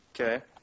Okay